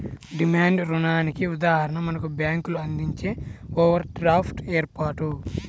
demand రుణానికి ఉదాహరణ మనకు బ్యేంకులు అందించే ఓవర్ డ్రాఫ్ట్ ఏర్పాటు